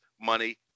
Money